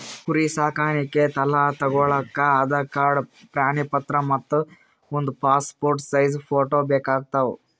ಕುರಿ ಸಾಕಾಣಿಕೆ ಸಾಲಾ ತಗೋಳಕ್ಕ ಆಧಾರ್ ಕಾರ್ಡ್ ಪಾಣಿ ಪತ್ರ ಮತ್ತ್ ಒಂದ್ ಪಾಸ್ಪೋರ್ಟ್ ಸೈಜ್ ಫೋಟೋ ಬೇಕಾತವ್